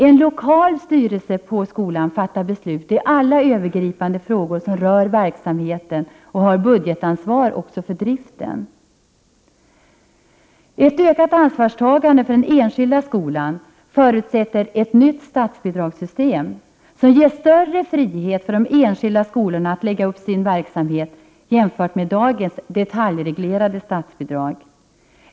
En lokal styrelse på skolan fattar beslut i alla övergripande frågor som rör verksamheten och har budgetansvar för driften. Ett ökat ansvarstagande för den enskilda skolan förutsätter ett nytt statsbidragssystem, som ger större frihet för de enskilda skolorna att lägga upp sin verksamhet jämfört med dagens detaljreglerade statsbidrag.